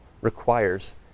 requires